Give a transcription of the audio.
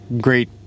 great